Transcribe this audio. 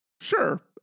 Sure